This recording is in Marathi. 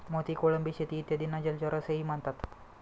मोती, कोळंबी शेती इत्यादींना जलचर असेही म्हणतात